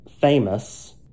famous